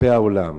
כלפי העולם.